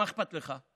מה אכפת לך?